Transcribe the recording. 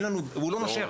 הוא לא נושר,